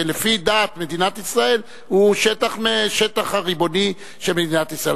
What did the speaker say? ולפי דעת מדינת ישראל הוא שטח ריבוני של מדינת ישראל.